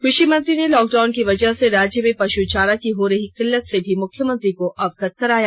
कृषिमंत्री ने लाकडाउन की वजह से राज्य में पष् चारा की हो रही किल्लत से भी मुख्यमंत्री को अवगत कराया